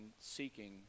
seeking